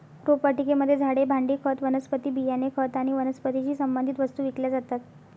रोपवाटिकेमध्ये झाडे, भांडी, खत, वनस्पती बियाणे, खत आणि वनस्पतीशी संबंधित वस्तू विकल्या जातात